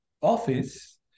office